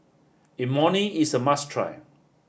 Imoni is a must try